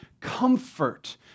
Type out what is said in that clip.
comfort